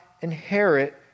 inherit